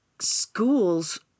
schools